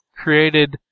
created